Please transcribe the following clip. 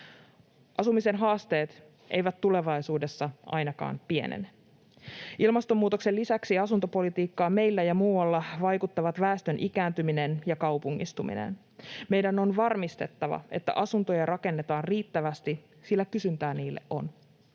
Asumisen haasteet eivät tulevaisuudessa ainakaan pienene. Ilmastonmuutoksen lisäksi asuntopolitiikkaan meillä ja muualla vaikuttavat väestön ikääntyminen ja kaupungistuminen. Meidän on varmistettava, että asuntoja rakennetaan riittävästi, sillä kysyntää niille on.